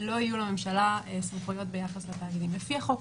לא יהיו לממשלה סמכויות ביחס לתאגידים, להבדיל